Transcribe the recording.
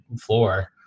floor